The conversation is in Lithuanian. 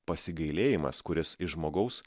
pasigailėjimas kuris iš žmogaus